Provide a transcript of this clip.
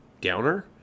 downer